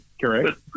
correct